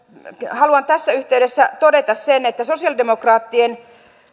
haluan tässä yhteydessä todeta sen että sosialidemokraattien